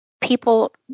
People